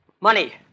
Money